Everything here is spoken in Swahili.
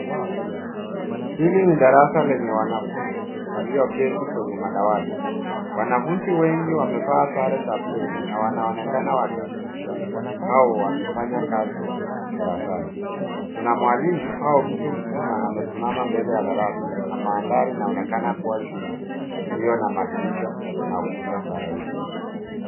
Hili ni darasa lenye wanafunzi walioketi kwenye madawati. Wanafunzi wengi wamevaa sare za buluu na wanaonekana wakijifunza au wakifanya kazi darasani. Kuna mwalimu au mtu mzima amesimama mbele ya darasa na mandhari inaonekana kuwa shule iliyo na madirisha na kuta za rahisi.